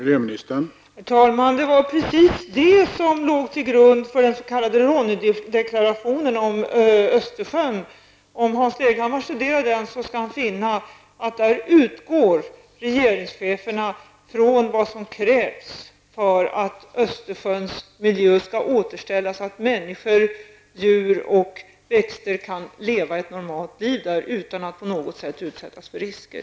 Herr talman! Det var precis det som låg till grund för den s.k. Ronnebydeklarationen om Östersjön. Om Hans Leghammar studerar den finner han att regeringsscheferna utgår där från vad som krävs för att Östersjöns miljö skall återställs, så att människor, djur och växter kan leva ett normalt liv utan att på något sätt utsättas för risker.